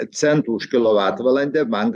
centų už kilovatvalandę man